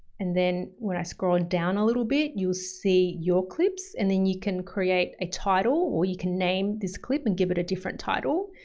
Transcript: and then when i scroll and down a little bit, you'll see your clips and then you can create a title or you can name this clip and give it a different title.